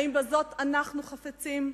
האם בזה אנחנו חפצים?